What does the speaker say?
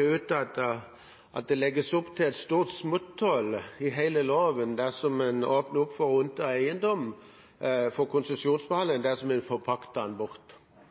har uttalt at det legges opp til et stort smutthull i hele loven dersom en åpner opp for konsesjonsbehandling knyttet til eiendom